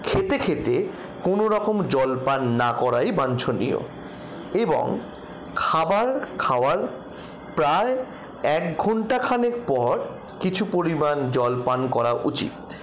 খেতে খেতে কোনওরকম জলপান না করাই বাঞ্ছনীয় এবং খাবার খাওয়ার প্রায় এক ঘন্টাখানেক পর কিছু পরিমাণ জলপান করা উচিৎ